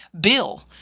bill